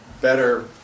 better